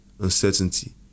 uncertainty